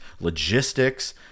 logistics